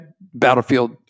Battlefield